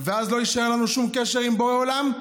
ואז לא יישאר לנו שום קשר עם בורא עולם?